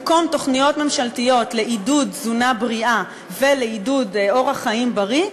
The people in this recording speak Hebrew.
במקום תוכניות ממשלתיות לעידוד תזונה בריאה ולעידוד אורח חיים בריא,